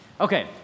Okay